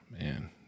Man